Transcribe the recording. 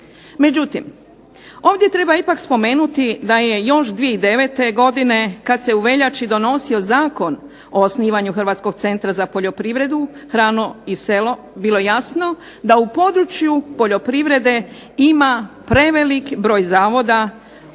Međutim, ovdje treba ipak spomenuti da je još 2009. godine kad se u veljači donosio Zakon o osnivanju Hrvatskog centra za poljoprivredu, hranu i selo bilo jasno da u području poljoprivrede ima prevelik broj zavoda,